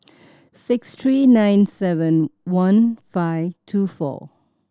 six three nine seven one five two four